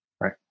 right